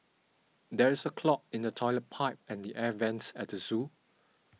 there is a clog in the Toilet Pipe and the Air Vents at the zoo